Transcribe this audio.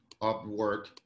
Upwork